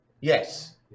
Yes